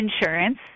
insurance